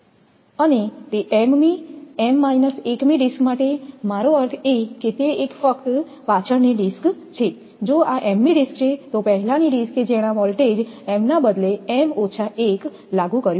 અને તે m મી m 1 મી ડિસ્ક માટે મારો અર્થ એ કે તે એક ફક્ત પાછળની ડિસ્ક છે જો આ m મી ડિસ્ક છે તો પહેલાની ડિસ્ક કે જેણે વોલ્ટેજ m ના બદલે m 1 લાગુ કર્યું